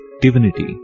Divinity